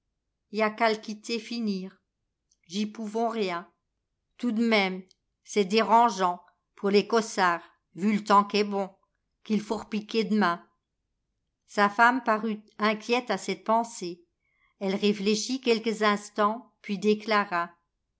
y a qu'a le quitter finir j'y pouvons rien tout d même c'est dérangeant pour les cossards vu l'temps qu'est bon qu'il faut r'piquer d'mam sa femme parut inquiète à cette pensée elle réfléchit quelques instants puis déclara